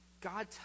God